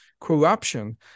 corruption